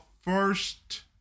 first